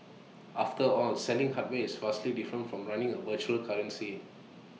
after all selling hardware is vastly different from running A virtual currency